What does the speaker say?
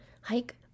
hike